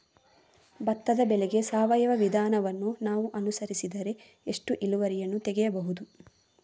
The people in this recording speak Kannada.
ಭತ್ತದ ಬೆಳೆಗೆ ಸಾವಯವ ವಿಧಾನವನ್ನು ನಾವು ಅನುಸರಿಸಿದರೆ ಎಷ್ಟು ಇಳುವರಿಯನ್ನು ತೆಗೆಯಬಹುದು?